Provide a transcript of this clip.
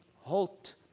halt